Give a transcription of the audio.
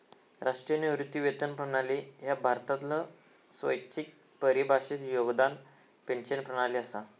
राष्ट्रीय निवृत्ती वेतन प्रणाली ह्या भारतातलो स्वैच्छिक परिभाषित योगदान पेन्शन प्रणाली असा